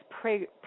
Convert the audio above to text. pray